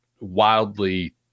wildly